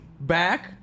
back